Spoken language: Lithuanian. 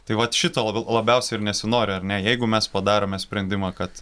tai vat šito lab labiausiai ir nesinori ar ne jeigu mes padarome sprendimą kad